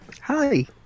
Hi